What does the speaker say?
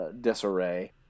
disarray